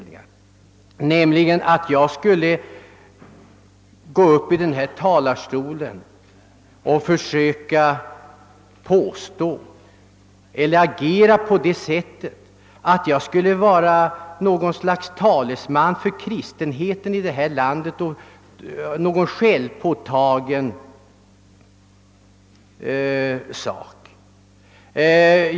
Fröken Åsbrink menar att jag går upp i talarstolen och försöker påstå mig vara eller agera i en självpåtagen uppgift som något slags talesman för kristenheten i det här landet.